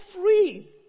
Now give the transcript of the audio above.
free